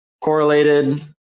correlated